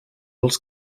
els